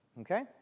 okay